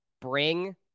Bring